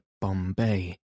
Bombay